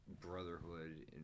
brotherhood